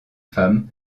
femmes